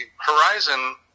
Horizon